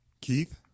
Keith